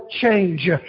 change